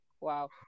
Wow